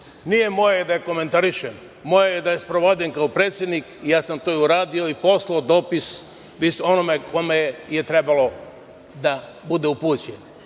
Nije moje da je komentarišem. Moje je da je sprovodim kao predsednik i ja sam to i uradio i poslao dopis onome kome je trebalo da bude upućeno. Šta